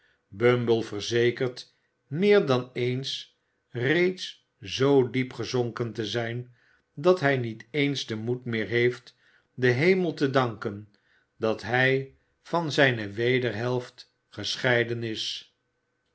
bumble verzekert meer dan eens reeds zoo diep gezonken te zijn dat hij niet eens den moed meer heeft den hemel te danken dat hij van zijne wederhelft gescheiden is